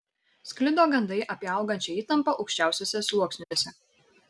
sklido gandai apie augančią įtampą aukščiausiuose sluoksniuose